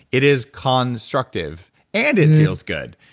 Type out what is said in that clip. it is constructive and it feels good.